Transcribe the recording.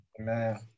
Amen